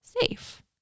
safe